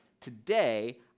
today